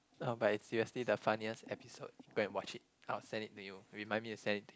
no but is seriously the funniest episode go and watch it I'll send it to you remind me to send it to